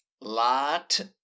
Lot